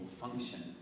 function